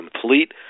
complete